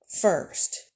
First